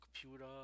computer